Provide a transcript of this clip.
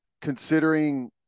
considering